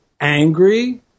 angry